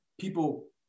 people